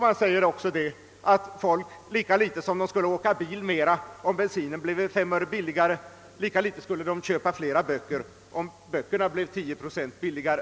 Man säger också att lika litet som vi skulle åka bil mera om bensinen bleve 5 öre billigare, lika litet skulle vi köpa fler böcker om böckerna bleve 10 procent billigare.